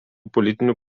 politinių